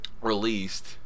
released